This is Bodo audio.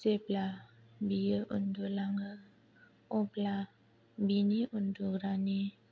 जेब्ला बेयो उनदुलाङो अब्ला बिनि उनदुग्रानि